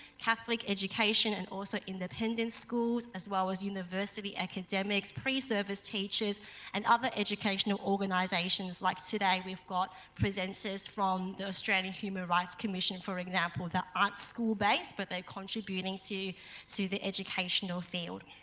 catholic education and also independent schools as well as university academics, pre-service teachers and other educational organisations, like today we've got presenters from the australian human rights commission for example that aren't school-based but they're contributing to so the educational field.